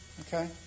Okay